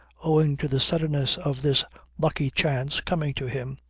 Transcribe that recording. owing to the suddenness of this lucky chance coming to him,